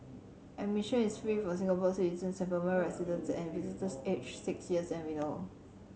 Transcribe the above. admission is free for Singapores citizens and permanent residents and visitors aged six years and below